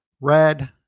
red